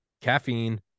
caffeine